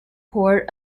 port